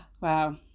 Wow